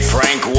Frank